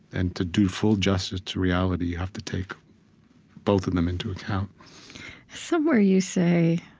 and to do full justice to reality, you have to take both of them into account somewhere you say,